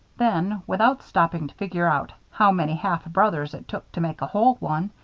then, without stopping to figure out how many half-brothers it took to make a whole one,